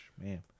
man